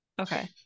okay